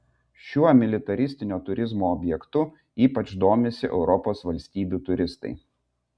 šiuo militaristinio turizmo objektu ypač domisi europos valstybių turistai